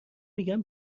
میگم